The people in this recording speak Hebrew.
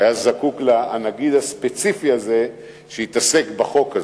זה בטח לא עצמאות שהיה זקוק לה הנגיד הספציפי הזה שהתעסק בחוק הזה,